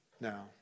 now